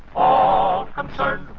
all um